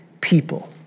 people